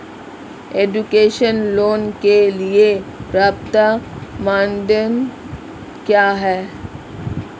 Education loan के लिए पात्रता मानदंड क्या है?